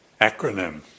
acronym